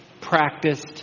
practiced